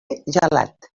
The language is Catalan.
gelat